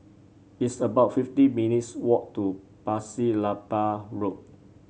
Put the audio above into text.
it's about fifty minutes' walk to Pasir Laba Road